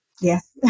Yes